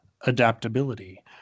adaptability